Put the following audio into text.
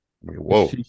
whoa